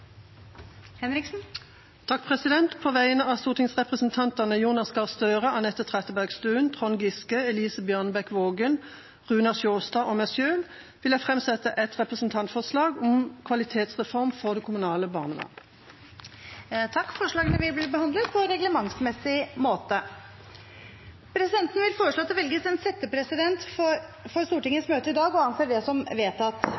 På vegne av stortingsrepresentantene Jonas Gahr Støre, Anette Trettebergstuen, Trond Giske, Elise Bjørnebekk-Waagen, Runar Sjåstad og meg selv vil jeg framsette et representantforslag om en kvalitetsreform for det kommunale barnevernet. Forslagene vil bli behandlet på reglementsmessig måte. Presidenten vil foreslå at det velges en settepresident for Stortingets møte i dag – og anser det som vedtatt.